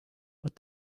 but